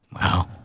Wow